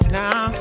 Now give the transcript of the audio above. now